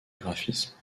graphismes